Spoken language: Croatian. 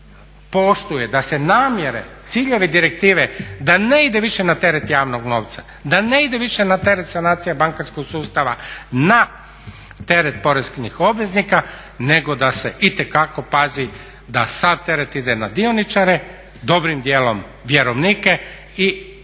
da se namjere, ciljevi direktive da ne ide više na teret javnog novca, da ne ide više na teret sanacija bankarskog sustava na teret poreznih obveznika nego da se itekako pazi da sav teret ide na dioničare, dobrim djelom vjerovnike i unutarnju